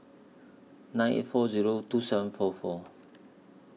nine eight four Zero two seven four four